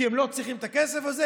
כי הם לא צריכים את הכסף הזה?